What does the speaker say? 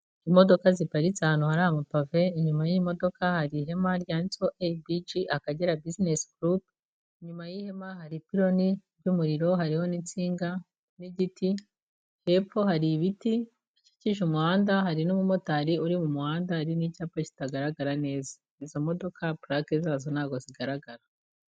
Imodoka ziparitse ahantu hari amapave inyuma y'imodoka hari ihema ryanditseho ABG Akagera Business Group, inyuma y'ihema hari ipironi ry'umuriro hariho n'insinga n'igiti, hepfo hari ibiti bikikije umuhanda hari n'umumotari uri mu muhanda, hari n'icyapa kitagaragara neza, izo modoka purake zazo ntabwo zigaragara.